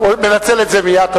את זה מייד.